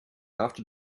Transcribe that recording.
after